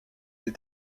des